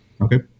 Okay